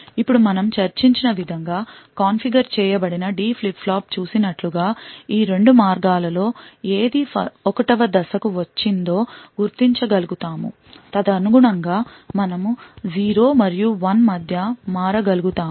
ఇప్పుడు మనం చర్చించిన విధంగా కాన్ఫిగర్ చేయబడిన D ఫ్లిప్ ఫ్లాప్ చూసినట్లుగా ఈ 2 మార్గాలలో ఏది 1వ దశకు వచ్చిందో గుర్తించగలుగు తాము తదనుగుణంగా మనం 0 మరియు 1 మధ్య మారగలుగుతాము